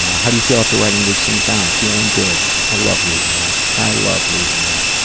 how do you feel after writing these things down? feeling good. i love reading that. i love reading that.